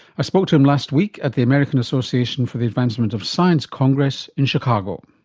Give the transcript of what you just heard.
i spoke to him last week at the american association for the advancement of science congress in chicago.